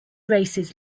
races